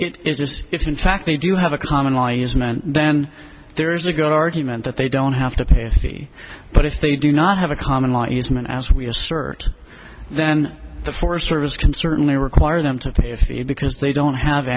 it is just if in fact they do have a common law use men then there is a good argument that they don't have to pay a fee but if they do not have a common law use men as we assert then the forest service can certainly require them to pay a fee because they don't have